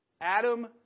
Adam